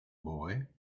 boy